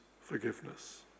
forgiveness